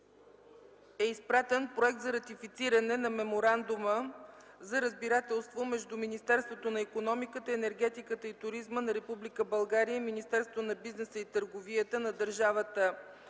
е изпратен проект на Закона за ратифициране на Меморандума за разбирателство между Министерството на икономиката, енергетиката и туризма на Република България и Министерството на бизнеса и търговията на Държавата